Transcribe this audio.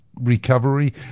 recovery